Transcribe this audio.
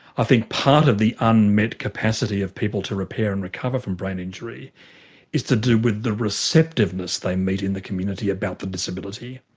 i think part of the unmet capacity of people to repair and recover from brain injury is to do with the receptiveness they meet in the community about the disability.